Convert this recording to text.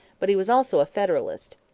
but he was also a federalist.